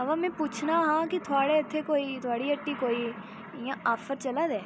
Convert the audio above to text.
अवा में पुच्छना हा कि थुआढ़े इत्थें कोई थुआढ़ी हट्टी कोई इ'यां आफर चला दे